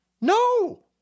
no